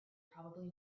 probably